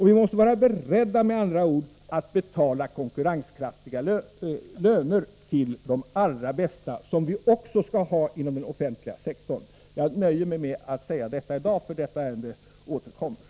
Vi måste med andra ord vara beredda att betala konkurrenskraftiga löner till de allra bästa — som vi skall ha också inom den offentliga sektorn. Jag nöjer mig med att säga detta i dag, för detta ärende återkommer.